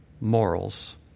morals